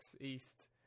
East